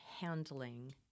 handling